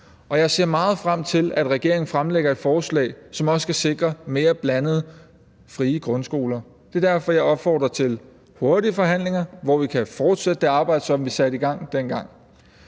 jeg ser meget frem til, at regeringen fremlægger et forslag, som også skal sikre mere blandede frie grundskoler. Det er derfor, jeg opfordrer til hurtige forhandlinger, hvor vi kan fortsætte det arbejde, som vi satte i gang dengang,